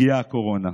הגיעה הקורונה,